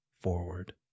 forward